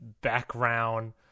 background